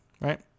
right